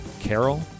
Carol